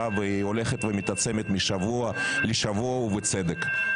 והיא הולכת ומתעצמת משבוע לשבוע ובצדק.